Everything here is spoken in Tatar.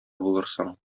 булырсың